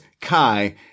Kai